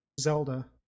Zelda